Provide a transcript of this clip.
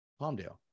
Palmdale